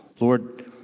Lord